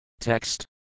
Text